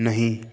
नहीं